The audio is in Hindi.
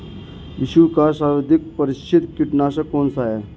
विश्व का सर्वाधिक प्रसिद्ध कीटनाशक कौन सा है?